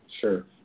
Sure